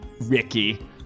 Ricky